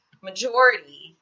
majority